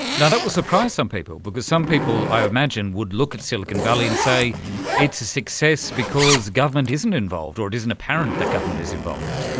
and that will surprise some people because some people, i would imagine, would look at silicon valley and say it's a success because government isn't involved, or it isn't apparent that government is involved.